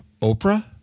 Oprah